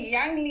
Young